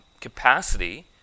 capacity